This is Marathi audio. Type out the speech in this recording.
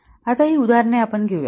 आता ही उदाहरणे आपण घेऊ या